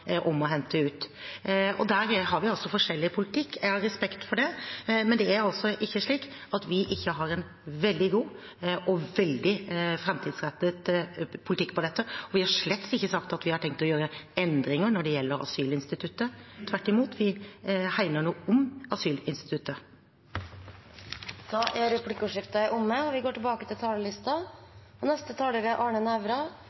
om å hente ut. Der har vi altså forskjellig politikk. Jeg har respekt for det, men det er altså ikke slik at vi ikke har en veldig god og veldig framtidsrettet politikk for dette. Vi har slettes ikke sagt at vi har tenkt å gjøre endringer når det gjelder asylinstituttet. Tvert imot hegner vi om asylinstituttet. Replikkordskiftet er omme.